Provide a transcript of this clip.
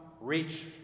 reach